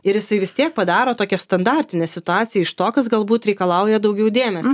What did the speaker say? ir jisai vis tiek padaro tokią standartinę situaciją iš to kas galbūt reikalauja daugiau dėmesio